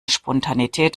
spontanität